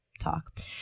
talk